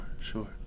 sure